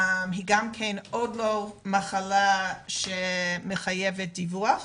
היא גם כן עוד לא מחלה שמחייבת דיווח,